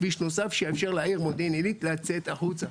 נדרש כביש נוסף שיאפשר לעיר מודיעין עילית לצאת החוצה.